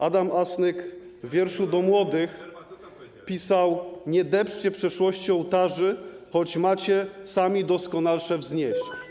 Adam Asnyk w wierszu „Do młodych” pisał: Nie depczcie przeszłości ołtarzy, choć macie sami doskonalsze wznieść.